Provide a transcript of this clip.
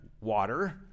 water